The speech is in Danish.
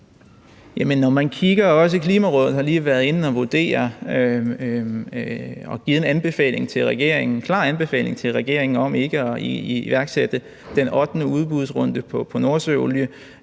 Klimarådet har lige været inde at vurdere og givet en klar anbefaling til regeringen om ikke at iværksætte den ottende udbudsrunde i forhold